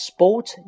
Sport